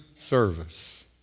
service